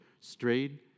strayed